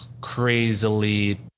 crazily